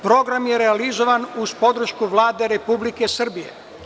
Program je realizovan uz podršku Vlade Republike Srbije.